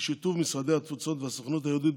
בשיתוף משרד התפוצות והסוכנות היהודית,